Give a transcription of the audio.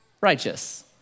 righteous